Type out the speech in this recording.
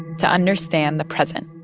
to understand the present